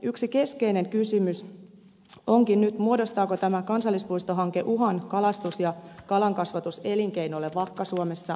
yksi keskeinen kysymys onkin nyt muodostaako tämä kansallispuistohanke uhan kalastus ja kalankasvatuselinkeinolle vakka suomessa vai ei